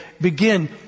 begin